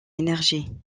énergie